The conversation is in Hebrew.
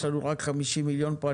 יש לנו רק 50 מיליון פה,